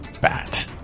bat